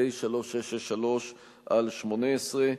פ/3663/18.